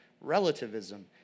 relativism